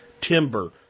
timber